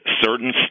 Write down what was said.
certain